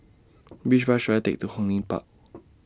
Which Bus should I Take to Hong Lim Park